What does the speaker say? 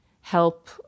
help